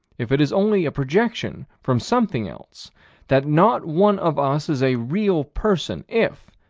if it is only a projection from something else that not one of us is a real person, if,